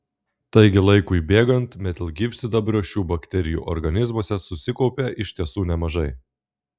taigi laikui bėgant metilgyvsidabrio šių bakterijų organizmuose susikaupia iš tiesų nemažai